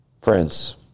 friends